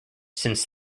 since